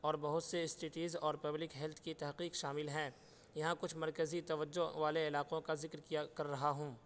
اور بہت سے اسٹیڈیز اور پبلک ہیلتھ کی تحقیق شامل ہیں یہاں کچھ مرکزی توجہ والے علاقوں کا ذکر کیا کر رہا ہوں